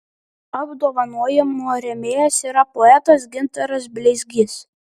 apdovanojimo rėmėjas yra poetas gintaras bleizgys